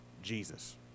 Jesus